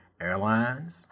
Airlines